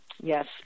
Yes